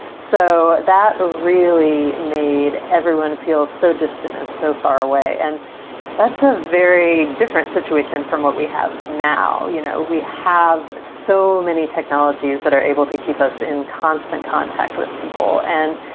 so that really made everyone feel so distant and so far away. and that's a very different situation from what we have now. you know, we have so many technologies that are able to keep us in constant contact with people. and,